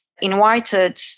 invited